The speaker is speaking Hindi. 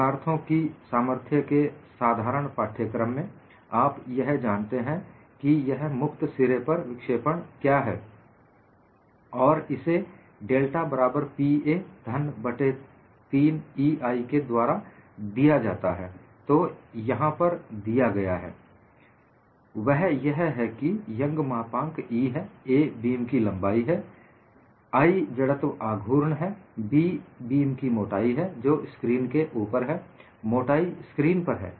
पदार्थों की सामर्थ्य के साधारण पाठ्यक्रम में आप यह जानते हैं कि यह मुक्त सिरे पर विक्षेपण क्या है और इसे डेल्टा बराबर Pa घन बट्टे 3EI के द्वारा दिया जाता है जो यहां पर दिया गया है वह यह है कि यंग मापांक E है a बीम की लंबाई है I जड़त्व आघूर्ण है B बीम की मोटाई है जो स्क्रीन के ऊपर है मोटाई स्क्रीन पर है